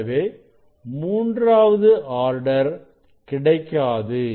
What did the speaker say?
எனவே மூன்றாவது ஆர்டர் கிடைக்காது